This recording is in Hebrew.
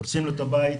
הורסים לו את הבית,